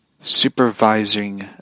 supervising